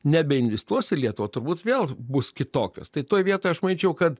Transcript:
nebeinvistuos į lietuvą turbūt vėl bus kitokios tai toj vietoj aš manyčiau kad